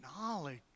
knowledge